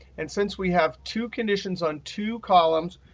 and since we have two conditions on two columns,